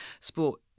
sport